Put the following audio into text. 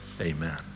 Amen